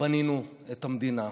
בנינו את המדינה,